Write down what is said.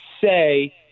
say